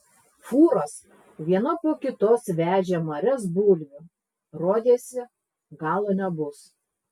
fūros viena po kitos vežė marias bulvių rodėsi galo nebus